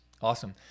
Awesome